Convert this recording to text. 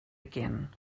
again